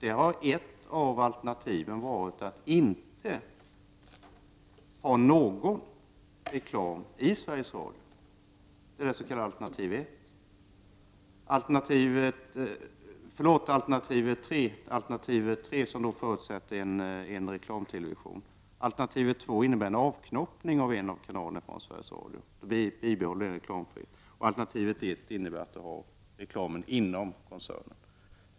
Ett av alternativen, alternativ 3, har varit att inte ha någon reklam i Sveriges Radio. Detta alternativ förutsätter då en reklamtelevision. Alternativ 2 innebär en avknoppning av en av kanalerna vid Sveriges Radio, som gör att det blir reklamfritt. Alternativet skulle bli att reklamen kommer inom koncernen.